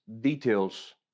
details